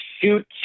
shoot